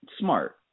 smart